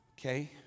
okay